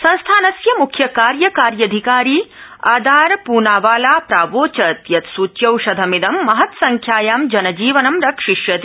संस्थानस्य मुख्य कार्य कार्यधिकारी अदार पूनावाला प्रावोचत् यत् सूच्यौषधमिद महत्संख्यायां जनजीवनं रक्षिप्यति